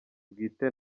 bwite